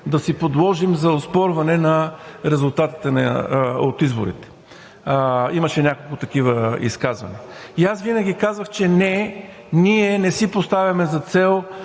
да си подложим за оспорване резултатите от изборите. Имаше няколко такива изказвания. И аз винаги казвах, че ние не си поставяме за цел